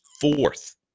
fourth